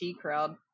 crowd